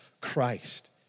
Christ